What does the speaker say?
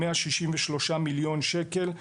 163 מיליון שקל,